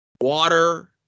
water